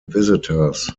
visitors